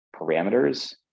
parameters